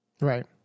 Right